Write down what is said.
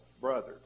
brother